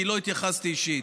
כי לא התייחסתי אישית.